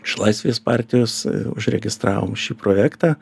iš laisvės partijos užregistravom šį projektą